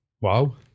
wow